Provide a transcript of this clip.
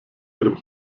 ihrem